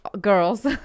girls